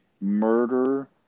murder